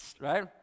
Right